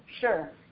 Sure